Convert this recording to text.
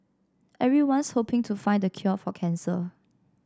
everyone's hoping to find the cure for cancer